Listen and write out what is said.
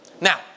Now